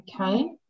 okay